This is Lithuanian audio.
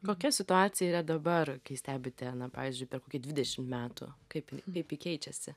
kokia situacija yra dabar kai stebite na pavyzdžiui per kokį dvidešim metų kaip ji kaip ji keičiasi